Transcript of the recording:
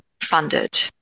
funded